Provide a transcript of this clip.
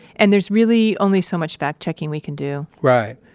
and there's really only so much fact checking we can do right,